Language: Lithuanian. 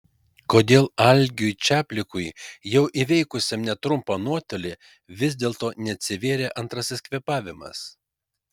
kodėl algiui čaplikui jau įveikusiam netrumpą nuotolį vis dėlto neatsivėrė antrasis kvėpavimas